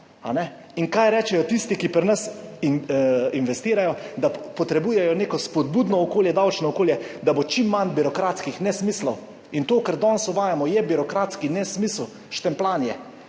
In kaj rečejo tisti, ki pri nas investirajo? Da potrebujejo neko spodbudno okolje, davčno okolje, da bo čim manj birokratskih nesmislov in to, kar danes uvajamo, je birokratski nesmisel. Štempljanje.